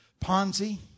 ponzi